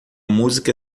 música